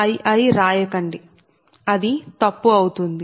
Zii రాయకండి అది తప్పు అవుతుంది